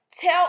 tell